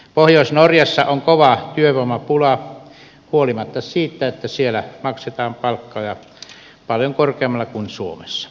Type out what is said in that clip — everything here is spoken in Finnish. pohjois norjassa on kova työvoimapula huolimatta siitä että siellä maksetaan palkkoja paljon korkeammalle kuin suomessa